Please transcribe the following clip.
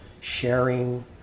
sharing